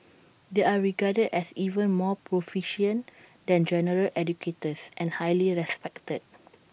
they are regarded as even more proficient than general educators and highly respected